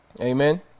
Amen